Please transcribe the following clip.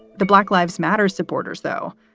the black lives matter supporters, though,